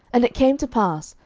and it came to pass,